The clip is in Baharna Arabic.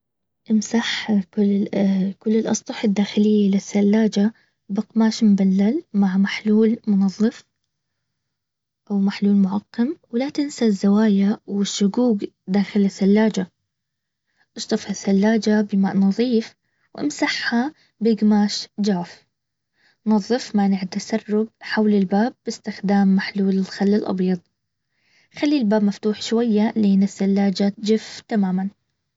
امسحها كل - كل الاسطح الداخلية للثلاجة. بقماش مبلل مع محلول منظف او محلول معقم ولا تنسى الزوايا والشقوق داخل الثلاجة اشطف الثلاجة بماء نظيف وامسحها بقماش جاف نظف مانع تسرب حول الباب باستخدام محلول الخل الابيض خلي الباب مفتوح شوية لين الثلاجة تجف تماما